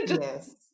Yes